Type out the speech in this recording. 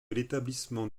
l’établissement